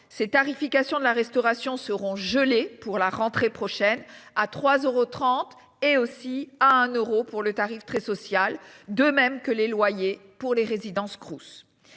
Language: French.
c'est tarification de la restauration seront gelés pour la rentrée prochaine, à 3 euros 30 et aussi à un euro pour le tarif très social. De même que les loyers pour les résidences Crous